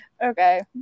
Okay